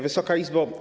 Wysoka Izbo!